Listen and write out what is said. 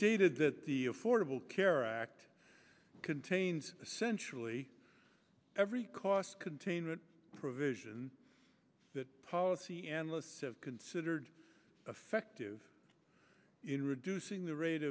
stated that the affordable care act contains a sensually every cost containment provision that policy analysts have considered affective in reducing the rate